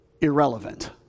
Irrelevant